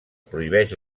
prohibeix